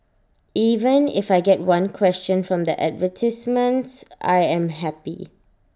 even if I get one question from the advertisements I am happy